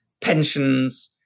pensions